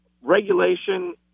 Regulation